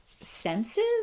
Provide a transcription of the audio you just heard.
senses